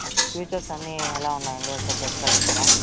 features అన్నీ ఎలా ఉన్నాయండి ఒకసారి చెప్పగలుగుతారా